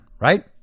right